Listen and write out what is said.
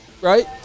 right